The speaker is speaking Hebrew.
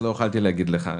אז לא יכולתי להגיד לך.